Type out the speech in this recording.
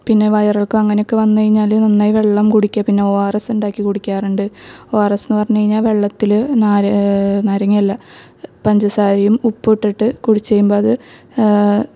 പിന്നെ വയറിളക്കം അങ്ങനൊക്ക വന്ന് കഴിഞ്ഞാല് നന്നായി വെള്ളം കുടിക്കുക പിന്നെ ഒ ആർ എസ് ഉണ്ടാക്കി കുടിയ്ക്കാറുണ്ട് ഒ ആർ എസ് എന്ന് പറഞ്ഞ് കഴിഞ്ഞാൽ വെള്ളത്തില് നാര് നാരങ്ങയല്ല പഞ്ചസാരയും ഉപ്പുവിട്ടിട്ട് കുടിച്ച് കഴിയുമ്പോൾ അത്